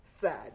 sad